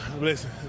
Listen